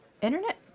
Internet